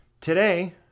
Today